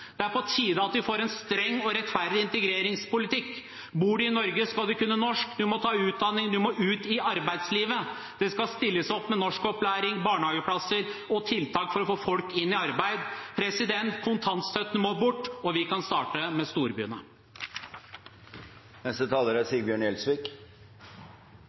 Det er på tide at vi får en streng og rettferdig integreringspolitikk. Bor du i Norge, skal du kunne norsk. Du må ta utdanning. Du må ut i arbeidslivet. Det skal stilles opp med norskopplæring, barnehageplasser og tiltak for å få folk inn i arbeid. Kontantstøtten må bort, og vi kan starte med